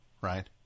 right